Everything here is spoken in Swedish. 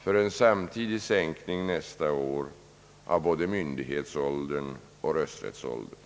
för en samtidig sänkning nästa år av både myndighetsåldern och rösträttsåldern.